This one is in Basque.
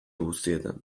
guztietan